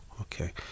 okay